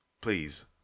please